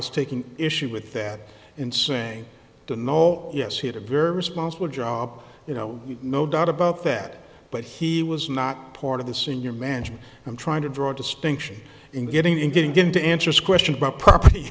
was taking issue with that in saying to know yes he had a very responsible job you know no doubt about that but he was not part of the senior management and trying to draw distinction in getting in getting him to answer questions about property